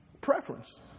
preference